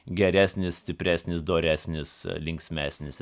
geresnis stipresnis doresnis linksmesnis ir